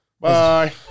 Bye